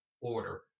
order